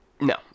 No